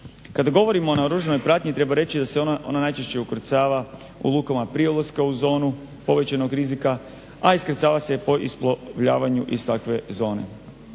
Kada govorimo o naoružanoj pratnji treba reći da se ona najčešće ukrcava u lukama prije ulaska u zonu povećanog rizika, a iskrcava se po isplovljavanju iz takve zone.